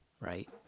right